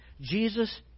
Jesus